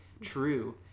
true